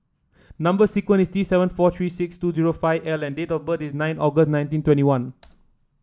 number sequence is T seven four three six two zero five L and date of birth is nine August nineteen twenty one